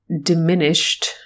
diminished